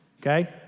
Okay